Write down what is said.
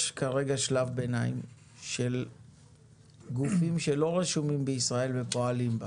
יש כרגע שלב ביניים של גופים שלא רשומים בישראל ופועלים בה.